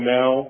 now